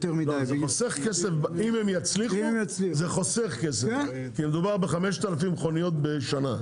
אם הם יצליחו זה חוסך כסף כי מדובר ב-5,000 מכוניות בשנה.